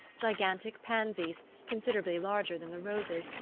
gigantic pansies, considerably larger than the roses,